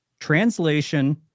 translation